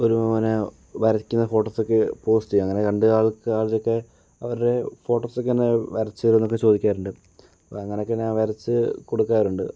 ഒരു ഇങ്ങനെ വരയ്ക്കുന്ന ഫോട്ടോസ് ഒക്കെ പോസ്റ്റ് ചെയ്യും അങ്ങനെ രണ്ട് ആൾക്കാരുടെയൊക്കെ അവരുടെ ഫോട്ടോസ് ഒക്കെ ഇങ്ങനെ വരച്ചു തരുമോ എന്നൊക്കെ ചോദിക്കാറുണ്ട് അപ്പോൾ അങ്ങനെയൊക്കെ ഞാൻ വരച്ചു കൊടുക്കാറുണ്ട്